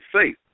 faith